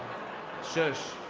shush.